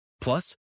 Plus